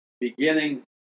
beginning